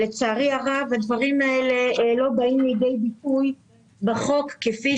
לצערי הרב הדברים האלה לא באים לידי ביטוי בחוק כפי